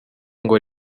ngo